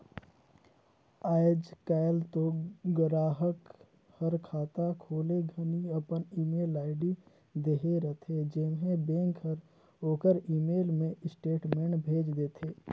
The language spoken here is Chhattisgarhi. आयज कायल तो गराहक हर खाता खोले घनी अपन ईमेल आईडी देहे रथे जेम्हें बेंक हर ओखर ईमेल मे स्टेटमेंट भेज देथे